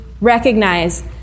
recognize